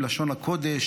עם לשון הקודש,